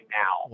now